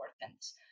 importance